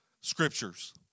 scriptures